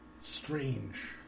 strange